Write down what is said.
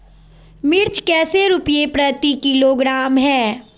मिर्च कैसे रुपए प्रति किलोग्राम है?